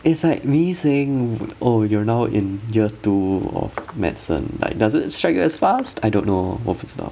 is like me saying o~ oh you are now in year two of medicine like does it strike as fast I don't know 我不知道